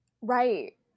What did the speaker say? Right